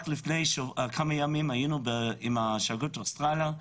רק לפני כמה ימים היינו עם שגרירות אוסטרליה,